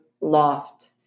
loft